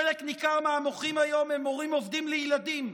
חלק ניכר מהמוחים היום הם מורים עובדים לילדים,